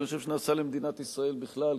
ואני חושב שנעשה למדינת ישראל בכלל,